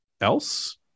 else